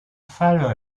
faro